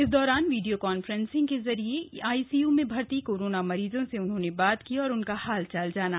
इस दौरान video conference के जरिए आईसीयू में भर्ती कोरोना मरीजों से बात की और उनका हालचाल जाना